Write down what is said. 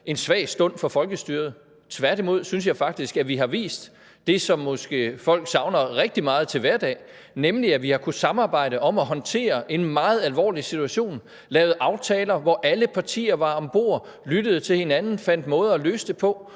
en svag stund for folkestyret. Tværtimod synes jeg faktisk, at vi har vist det, som folk måske savner rigtig meget til hverdag, nemlig at vi har kunnet samarbejde om at håndtere en meget alvorlig situation, lavet aftaler, hvor alle partier var om bord, lyttet til hinanden, fundet måder at løse det på